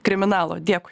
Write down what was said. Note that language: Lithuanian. kriminalo dėkui